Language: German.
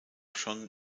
schon